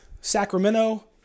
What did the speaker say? Sacramento